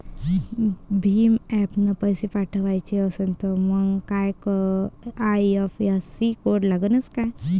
भीम ॲपनं पैसे पाठवायचा असन तर मंग आय.एफ.एस.सी कोड लागनच काय?